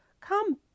Come